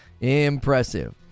Impressive